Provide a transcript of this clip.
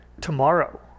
tomorrow